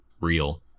real